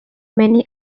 many